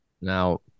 Now